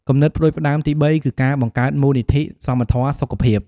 គំនិតផ្តួចផ្តើមទីបីគឺការបង្កើតមូលនិធិសមធម៌សុខភាព។